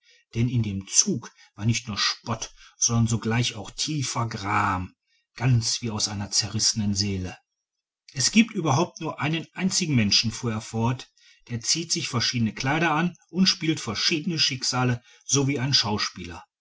denn in dem zug war nicht nur spott sondern zugleich auch tiefer gram ganz wie aus einer zerrissenen seele es gibt überhaupt nur einen einzigen menschen fuhr er fort der zieht sich verschiedene kleider an und spielt verschiedene schicksale so wie ein schauspieler